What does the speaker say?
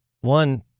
one